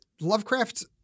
Lovecraft